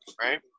right